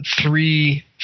three